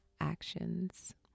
actions